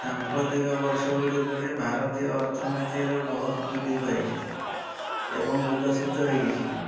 ସାମ୍ପ୍ରତିକ ବର୍ଷ ଗୁଡ଼ିକରେ ଭାରତୀୟ ଅର୍ଥନୀତିର ବହୁତ ବୃଦ୍ଧି ପାଇଛି ଏବଂ ବିକଶିତ ହେଇଛି